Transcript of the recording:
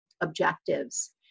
objectives